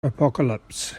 apocalypse